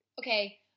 okay